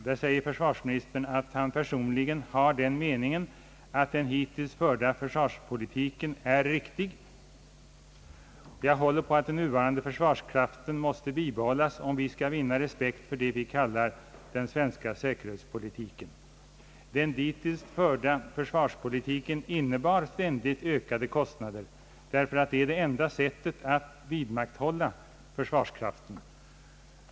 Försvarsministern deklarerade då att han personligen hade den meningen att den hittills förda försvarspolitiken är riktig och sade vidare: »Jag håller på att den nuvarande försvarskraften måste bibehållas om vi skall vinna respekt för det vi kallar den svenska säkerhetspolitiken.» Den hittills förda försvarspolitiken har inneburit ständigt ökade kostnader och den har gjort det därför att det är det enda sättet att vidmakthålla försvarskraften.